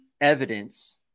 evidence